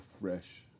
fresh